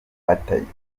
amategeko